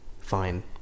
fine